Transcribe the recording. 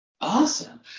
Awesome